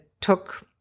took